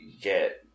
get